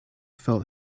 felt